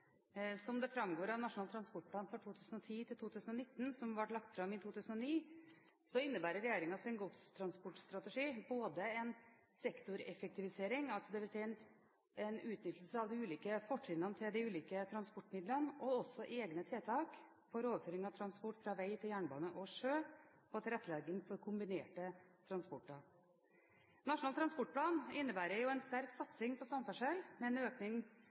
Som det framgår av Nasjonal transportplan for 2010–2019, som ble lagt fram i 2009, innebærer regjeringens godstransportstrategi både en sektoreffektivisering, dvs. en utnyttelse av de ulike fortrinnene til de ulike transportmidlene, og også egne tiltak for overføring av transport fra vei til jernbane og sjø og tilrettelegging for kombinerte transporter. Nasjonal transportplan innebærer jo en sterk satsing på samferdsel med en økning